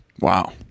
Wow